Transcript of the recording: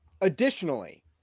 additionally